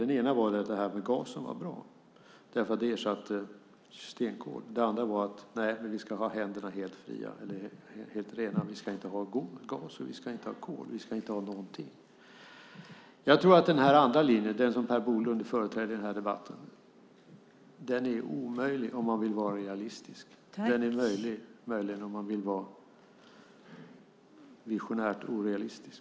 Den ena säger att det är bra med gas eftersom det ersätter stenkol. Den andra säger: Vi ska ha händerna helt rena. Vi ska inte ha gas och inte kol. Vi ska inte ha någonting. Jag tror att den andra linjen - den som Per Bolund företräder i debatten - är omöjlig om man vill vara realistisk. Den är möjligen möjlig om man vill vara visionärt orealistisk.